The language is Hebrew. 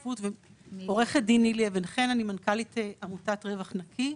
שלום, אני מנכ"לית עמותת רווח נקי.